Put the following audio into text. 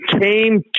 came